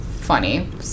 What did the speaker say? funny